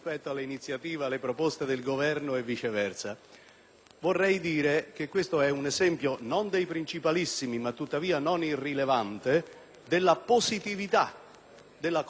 Vorrei rilevare che questo è un esempio, non dei principalissimi e tuttavia non irrilevante, della positività della collaborazione tra Parlamento e Governo